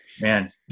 Man